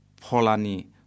Polani